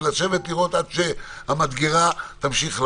ולשבת לראות שהמדגרה תמשיך לעבוד.